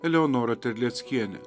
eleonorą terleckienę